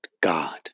God